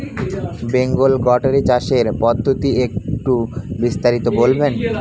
Bengal goatery চাষের পদ্ধতি একটু বিস্তারিত বলবেন?